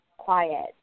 quiet